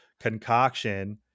concoction